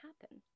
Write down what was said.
happen